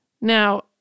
Now